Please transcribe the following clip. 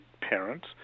parents